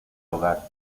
hogar